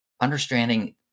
understanding